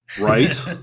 Right